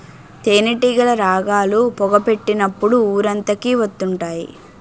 తేనేటీగలు రాగాలు, పొగ పెట్టినప్పుడు ఊరంతకి వత్తుంటాయి